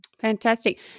Fantastic